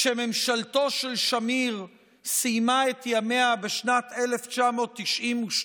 כשממשלתו של שמיר סיימה את ימיה בשנת 1992,